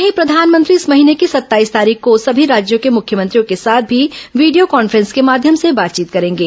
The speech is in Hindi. वहीं प्रधानमंत्री इस महीने की सत्ताईस तारीख को सभी राज्यों के मुख्यमंत्रियों के साथ भी वीडियो कांफ्रेंस के माध्यम से बातचीत करेंगे